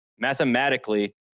mathematically